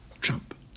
Trump